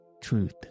truth